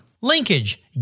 linkage